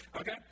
okay